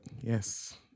Yes